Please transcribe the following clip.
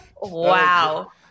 Wow